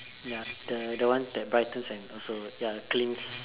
ya the the one that brightens and also ya cleans